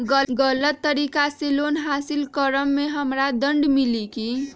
गलत तरीका से लोन हासिल कर्म मे हमरा दंड मिली कि?